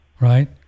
right